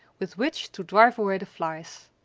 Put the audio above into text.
with which to drive away the flies.